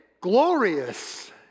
glorious